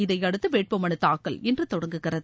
இதையடுத்து வேட்புமனு தாக்கல் இன்று தொடங்குகிறது